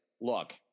look